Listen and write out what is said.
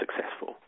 successful